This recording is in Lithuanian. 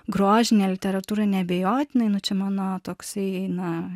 grožinė literatūra neabejotinai nu čia mano toksai na